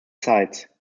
sites